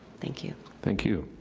thank you. thank you.